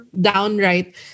downright